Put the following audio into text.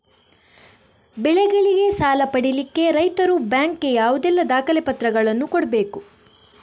ಬೆಳೆಗಳಿಗೆ ಸಾಲ ಪಡಿಲಿಕ್ಕೆ ರೈತರು ಬ್ಯಾಂಕ್ ಗೆ ಯಾವುದೆಲ್ಲ ದಾಖಲೆಪತ್ರಗಳನ್ನು ಕೊಡ್ಬೇಕು?